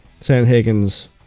Sanhagen's